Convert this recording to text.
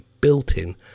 built-in